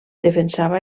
defensava